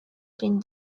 been